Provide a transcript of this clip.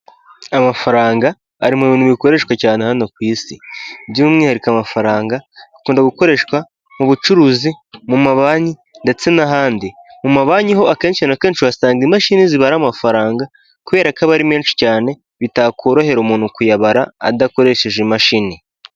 Amafaranga ari mu bintu bikoreshwa cyane hano ku Isi, by'umwihariko amafaranga akunda gukoreshwa mu bucuruzi, mu mabanki ndetse n'ahandi. Mu mabanki ho akenshi na kenshi uhasanga imashini zibara amafaranga kubera ko aba ari menshi cyane bitakorohera umuntu kuyabara adakoresheje imashini.